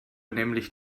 nämlich